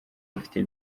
mfite